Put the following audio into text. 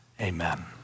Amen